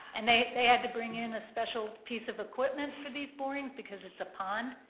and they they had to bring in a special piece of equipment for these borings, because it's a pond,